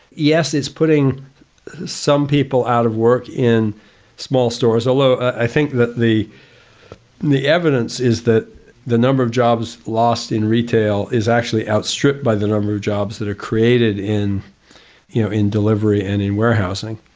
yes, it's putting some people out of work in small stores, although, i think that the the evidence is that the number of jobs lost in retail is actually outstripped by the number of jobs that are created in you know in delivery and in warehousing.